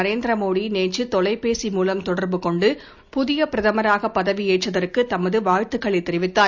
நரேந்திர மோடி நேற்று தொலைபேசி மூலம் தொடர்புகொண்டு புதிய பிரதமராக பதவியேற்றதற்கு தமது வாழ்த்துக்களை தெரிவித்தார்